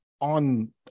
on